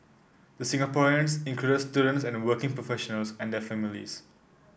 the Singaporeans included students and working professionals and their families